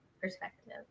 perspective